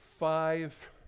Five